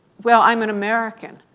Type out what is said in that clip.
well, i'm an american.